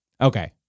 Okay